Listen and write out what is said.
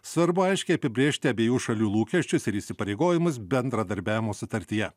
svarbu aiškiai apibrėžti abiejų šalių lūkesčius ir įsipareigojimus bendradarbiavimo sutartyje